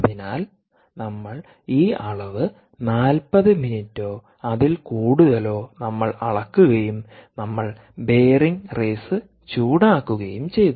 അതിനാൽ നമ്മൾ ഈ അളവ് 40 മിനിറ്റോ അതിൽ കൂടുതലോ നമ്മൾ അളക്കുകയും നമ്മൾ ബെയറിംഗ് റേസ് ചൂടാക്കുകയും ചെയ്തു